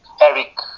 Eric